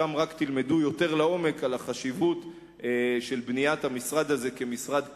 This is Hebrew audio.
שם רק תלמדו יותר לעומק על החשיבות של בניית המשרד הזה כמשרד קבע,